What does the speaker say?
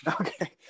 Okay